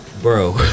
Bro